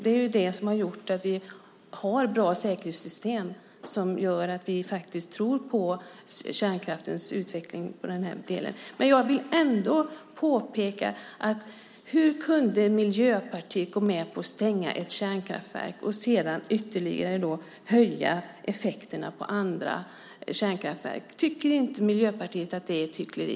Det är ju det goda säkerhetssystem vi har som gör att vi tror på kärnkraftens utveckling. Jag vill ändå fråga hur Miljöpartiet kunde gå med på att stänga ett kärnkraftverk och samtidigt höja effekterna på andra kärnkraftverk. Tycker inte Miljöpartiet att det är hyckleri?